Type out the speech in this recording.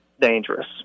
dangerous